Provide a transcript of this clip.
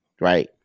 right